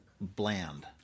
bland